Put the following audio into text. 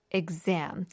exam